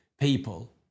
people